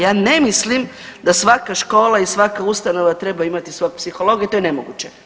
Ja ne mislim da svaka škola i svaka ustanova treba imati svog psihologa i to je nemoguće.